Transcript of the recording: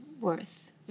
worth